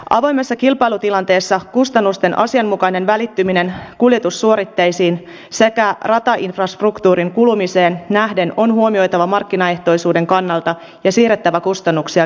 avoimessa kilpailutilanteessa kustannusten asianmukainen välittyminen kuljetussuoritteisiin sekä ratainfrastruktuurin kulumiseen nähden on huomioitava markkinaehtoisuuden kannalta ja siirrettävä kustannuksia käyttäjille